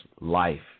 life